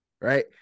right